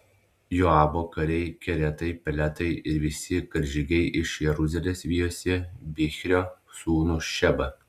joabo kariai keretai peletai ir visi karžygiai iš jeruzalės vijosi bichrio sūnų šebą